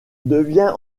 devient